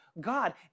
God